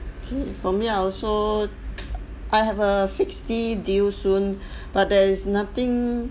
okay for me I also I have a fixed D due soon but there is nothing